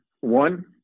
One